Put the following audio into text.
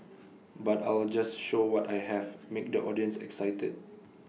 but I'll just show what I have make the audience excited